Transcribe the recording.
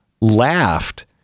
laughed